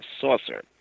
Saucer